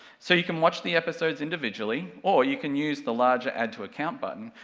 so you can watch the episodes individually, or you can use the larger add to account button,